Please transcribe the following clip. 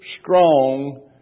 strong